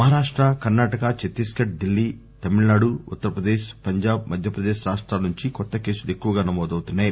Maharashtra Karnataka Chhattisgarh Delhi Tamil Nadu Uttar Pradesh Punjab Madhya Pradesh రాష్టాల నుంచి కొత్త కేసులు ఎక్కువగా నమోదవుతున్నాయి